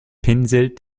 pinselt